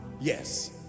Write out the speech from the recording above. yes